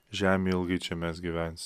žemėj ilgai čia mes gyvens